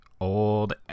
old